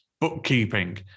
bookkeeping